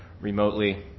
remotely